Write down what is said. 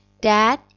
Dad